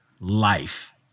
life